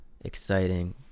exciting